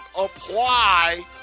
apply